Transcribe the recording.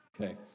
Okay